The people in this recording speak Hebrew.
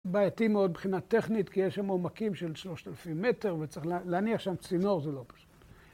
בעייתי מאוד מבחינה טכנית כי יש שם עומקים של 3,000 מטר וצריך להניח שם צינור זה לא פשוט.